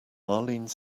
arlene